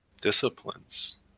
disciplines